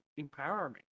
empowerment